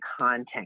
content